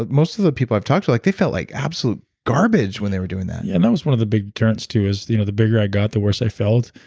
most of the people i've talked to, like they felt like absolute garbage when they were doing that yeah, and that was one of the big turns, too, is the you know the bigger i got, the worse i felt.